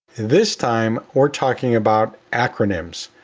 this time or talking about acronyms,